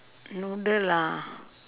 noodle ah